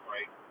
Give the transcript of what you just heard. Right